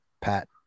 Pat